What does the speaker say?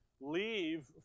leave